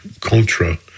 Contra